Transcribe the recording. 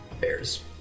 Bear's